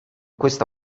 questa